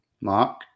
Mark